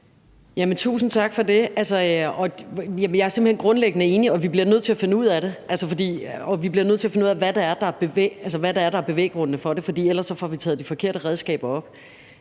Tusind tak for det, og jeg er simpelt hen grundlæggende enig. Vi bliver nødt til at finde ud af det, og vi bliver nødt til at finde ud af, hvad det er, der er bevæggrundene for det. For ellers får vi taget de forkerte redskaber op,